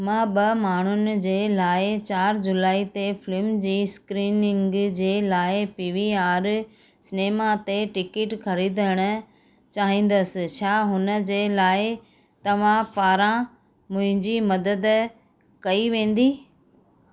मां ॿ माण्हुनि जे लाइ चार जुलाई ते फ़िल्म जी स्क्रीनिंग जे लाइ पी वी आर सिनेमा ते टिकिट ख़रीदणु चाहींदसि छा हुन जे लाइ तव्हां पारां मुंहिंजी मदद कई वेंदी